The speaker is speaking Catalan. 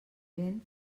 vent